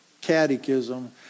catechism